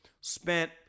Spent